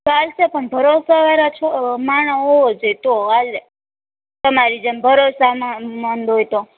ચાલશે પણ ભરોસા વાલા માણસ હોવો જોઈએ તો ચાલે તમારી જેમ ભરોસામંદ હોયતો